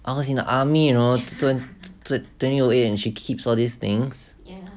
I was in the army you know twenty away and she keeps all these things ya